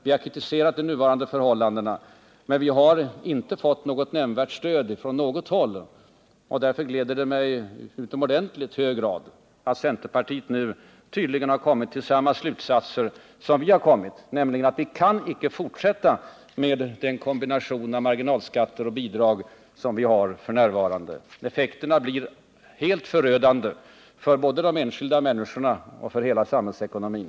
Vi har kritiserat de nuvarande förhållandena, men vi har inte fått något nämnvärt stöd från något håll. Därför gläder det mig i utomordentligt hög grad att centerpartiet nu tydligen har kommit till samma slutsats som vi, nämligen att man inte kan fortsätta med den nuvarande kombinationen av marginalskatter och bidrag. Effekterna blir helt förödande både för de enskilda människorna och för hela samhällsekonomin.